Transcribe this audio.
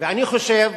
ואני חושב